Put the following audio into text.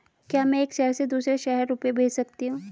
क्या मैं एक शहर से दूसरे शहर रुपये भेज सकती हूँ?